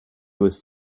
was